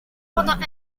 pendant